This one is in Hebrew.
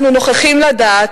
אנחנו נוכחים לדעת,